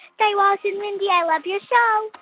guy raz and mindy. i love your show